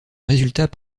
résultat